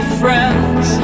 friends